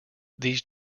these